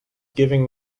giving